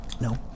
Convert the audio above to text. No